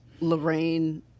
Lorraine